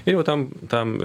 jeigu tam tam